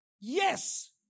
yes